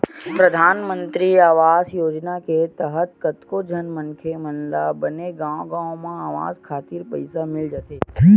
परधानमंतरी आवास योजना के तहत कतको झन मनखे मन ल बने गांव गांव म अवास खातिर पइसा मिल जाथे